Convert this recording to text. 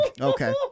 Okay